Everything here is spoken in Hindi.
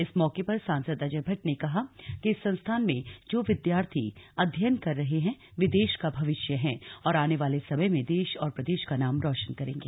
इस मौके पर सांसद अजय भट्ट ने कहा कि इस संस्थान में जो विद्यार्थी अध्ययन कर रहे हैं वे देश का भविष्य हैं और आने वाले समय में देश और प्रदेश का नाम रोशन करेगें